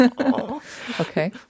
Okay